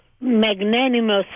magnanimous